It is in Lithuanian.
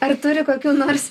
ar turi kokių nors